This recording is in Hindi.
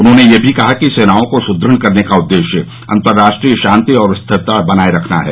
उन्होंने यह भी कहा कि सेनाओं को सुदृढ़ करने का उद्देश्य अंतरराष्ट्रीय शांतिऔर स्थिरता बनाए रखना है